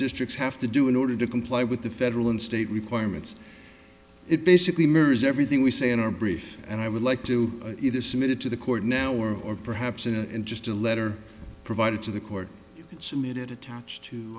districts have to do in order to comply with the federal and state requirements it basically mirrors everything we say in our brief and i would like to see this submitted to the court now or or perhaps in and just a letter provided to the court and submit it attached to